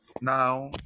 Now